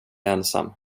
ensam